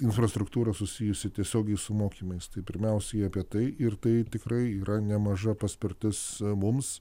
infrastruktūra susijusi tiesiogiai su mokymais tai pirmiausiai apie tai ir tai tikrai yra nemaža paspirtis mums